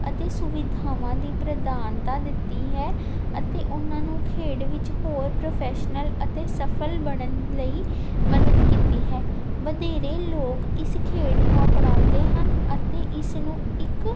ਅਤੇ ਸੁਵਿਧਾਵਾਂ ਦੀ ਪ੍ਰਧਾਨਤਾ ਦਿੱਤੀ ਹੈ ਅਤੇ ਉਨਾਂ ਨੂੰ ਖੇਡ ਵਿੱਚ ਹੋਰ ਪ੍ਰੋਫੈਸ਼ਨਲ ਅਤੇ ਸਫ਼ਲ ਬਣਨ ਲਈ ਮਦਦ ਕੀਤੀ ਹੈ ਵਧੇਰੇ ਲੋਕ ਇਸ ਖੇਡ ਨੂੰ ਅਪਣਾਉਂਦੇ ਹਨ ਅਤੇ ਇਸ ਨੂੰ ਇੱਕ